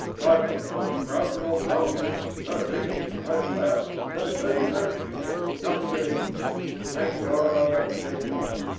i've got neither grub nor grog, no meat, no flour, no tea, no sugar nothing but eggs but, thank god, i've got plenty of them.